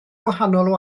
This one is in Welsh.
gwahanol